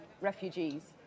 refugees